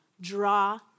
draw